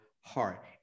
heart